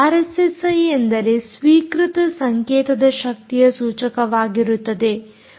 RSSI ಅಂದರೆ ಸ್ವೀಕೃತ ಸಂಕೇತದ ಶಕ್ತಿಯ ಸೂಚಕವಾಗಿರುತ್ತದೆ